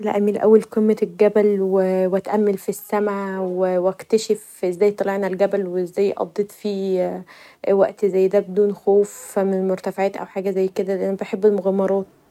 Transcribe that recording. لا أميل جدا لقمه الجبل و اتأمل في السماء و اكتشف ازاي طلعنا الجبل و ازاي قضيت فيه وقت زي دا بدون خوف من المرتفعات او حاجه زي كدا لان أنا بحب المغامرات.